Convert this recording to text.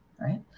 Right